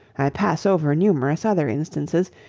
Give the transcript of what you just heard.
i pass over numerous other instances,